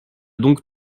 donc